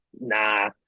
nah